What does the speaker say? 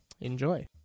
Enjoy